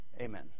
Amen